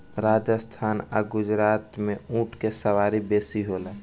राजस्थान आ गुजरात में ऊँट के सवारी बेसी होला